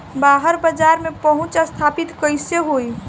बाहर बाजार में पहुंच स्थापित कैसे होई?